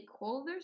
stakeholders